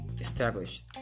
established